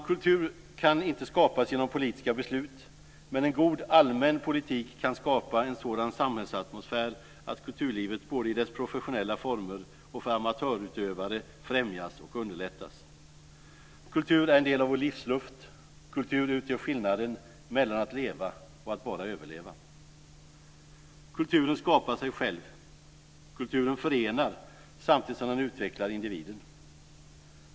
Kultur kan inte skapas genom politiska beslut, men en god allmän politik kan skapa en sådan samhällsatmosfär att kulturlivet både i dess professionella former och för amatörutövare främjas och underlättas. Kultur är en del av vår livsluft. Kultur utgör skillnaden mellan att leva och att bara överleva. Kulturen skapar sig själv. Kulturen förenar samtidigt som den utvecklar individen.